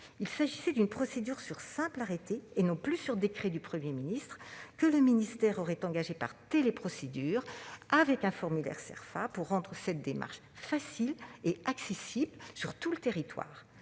Il s'agissait d'une procédure sur simple arrêté, et non plus sur décret du Premier ministre, que le ministère aurait engagée par téléprocédure sur la base d'un formulaire Cerfa. L'idée était de rendre cette démarche facile et accessible sur tout le territoire.